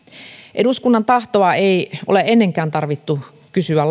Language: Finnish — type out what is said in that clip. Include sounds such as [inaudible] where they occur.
eduskunnan tahtoa lakien valmisteluun ei ole ennenkään tarvinnut kysyä [unintelligible]